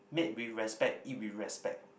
made with respect eat with respect